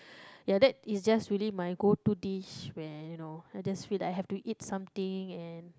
ya that is just really my go to dish where you know I just feel like have to eat something and